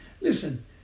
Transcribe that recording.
listen